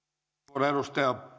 arvoisa herra